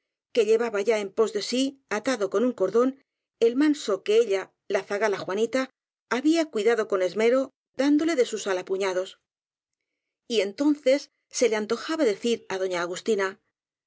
que llevaba ya en pos de sí atado con un cordón el manso que ella la zagala juanita había cuidado con esmero dándole de su sal á puñados y entonces se le an tojaba decir á doña agustina